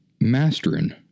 mastering